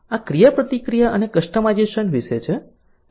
આ ક્રિયાપ્રતિક્રિયા અને કસ્ટમાઇઝેશન વિશે છે